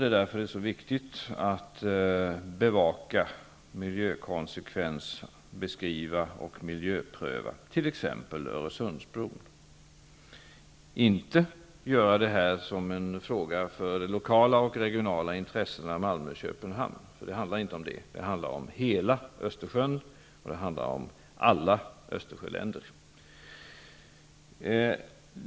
Det är därför så viktigt att bevaka miljökonsekvenserna, beskriva och miljöpröva -- t.ex. när det gäller Öresundsbron. Det här skall inte bli en fråga för lokala och regionala intressen mellan Malmö och Köpenhamn. Det handlar här om hela Östersjön och alla Östersjöländer.